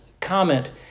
comment